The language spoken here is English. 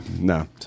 No